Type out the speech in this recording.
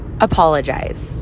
Apologize